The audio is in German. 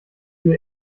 viel